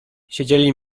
siedzieli